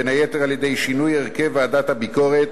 בין היתר על-ידי שינוי הרכב ועדת הביקורת